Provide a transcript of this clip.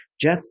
Jeff